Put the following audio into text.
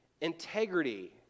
integrity